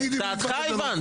את דעתך הבנתי.